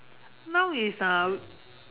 now is uh